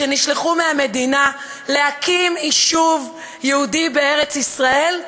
שנשלחו מטעם ההמדינה להקים יישוב יהודי בארץ-ישראל,